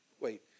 Wait